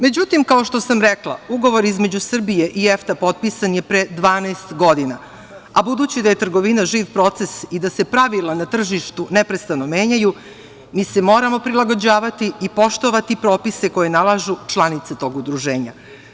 Međutim, kao što sam i rekla, ugovor između Srbije i EFTA potpisan je pre 12 godina, a budući da je trgovina živ proces i da se pravila na tržištu neprestano menjaju, mi se moramo prilagođavati i poštovati propise koje nalažu članice tog udruženja.